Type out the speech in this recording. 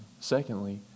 Secondly